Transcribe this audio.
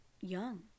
young